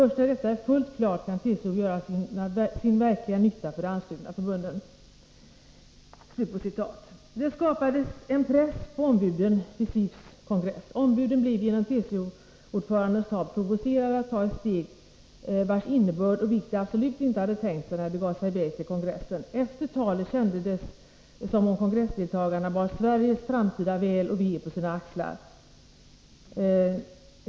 Först när detta är fullt klart kan TCO göra sin verkliga nytta för de anslutna förbunden.” Det skapades en press på ombuden vid SIF:s kongress. Ombuden blev genom TCO-ordförandens tal provocerade att ta ett steg vars innebörd och vikt de absolut inte hade klart för sig när de gav sig i väg till kongressen. Efter talet kändes det som om kongressdeltagarna bar Sveriges framtida väl och ve på sina axlar.